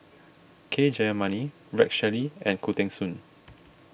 K Jayamani Rex Shelley and Khoo Teng Soon